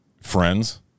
friends